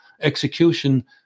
execution